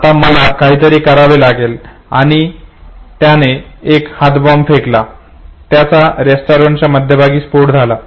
आता मला काहीतरी करावे लागेल आणि त्याने एक हातबॉम्ब फेकला त्याचा रेस्टॉरंटच्या मध्यभागी स्फोट झाला